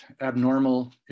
abnormal